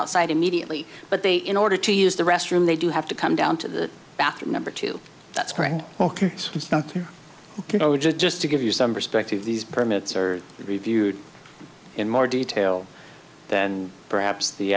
outside immediately but they in order to use the restroom they do have to come down to the bathroom number two that's ok so it's not just to give you some perspective these permits are reviewed in more detail than perhaps the